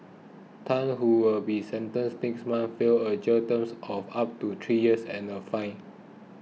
Tan who will be sentenced next month feel a jail term of up to three years and a fine